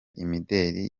imideli